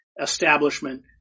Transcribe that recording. establishment